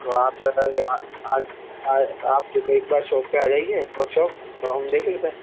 तो आप आज एक बार शॉप पर आ जाइए वर्कशॉप तो हम देख लेते हैं